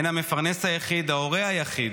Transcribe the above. הן המפרנס היחיד, ההורה היחיד,